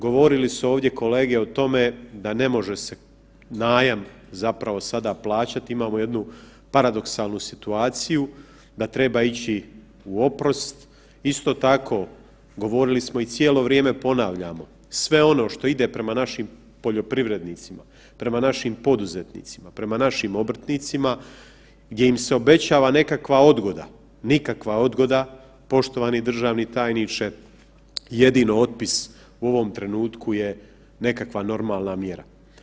Govorili su ovdje kolege o tome da ne može se najam sada plaćati, imamo jednu paradoksalnu situaciju da treba ići u oprost, isto tako govorili smo i cijelo vrijeme ponavljamo, sve ono što ide prema našim poljoprivrednicima, prema našim poduzetnicima, prema našim obrtnicima gdje im se obećava nekakva odgoda, nikakva odgoda, poštovani državni tajniče, jedino otpis u ovom trenutku je nekakva normalna mjera.